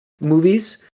movies